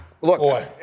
Look